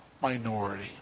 minority